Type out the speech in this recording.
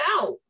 out